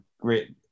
great